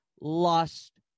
lost